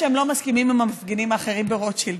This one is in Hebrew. הם לא מסכימים עם המפגינים האחרים ברוטשילד,